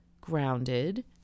grounded